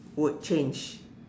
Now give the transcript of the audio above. would change